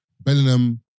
Bellingham